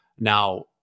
Now